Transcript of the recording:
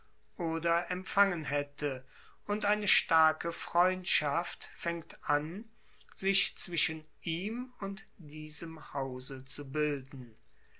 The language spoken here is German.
oder empfangen hätte und eine starke freundschaft fängt an sich zwischen ihm und diesem hause zu bilden